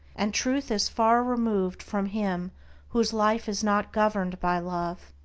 and truth is far removed from him whose life is not governed by love.